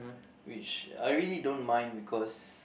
which I really don't mind because